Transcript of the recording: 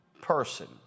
person